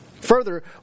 Further